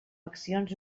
accions